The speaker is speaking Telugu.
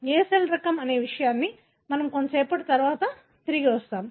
ఏ సెల్ రకం అనే విషయానికి మనము కొంచెం సేపటి తరువాత తిరిగి వస్తాము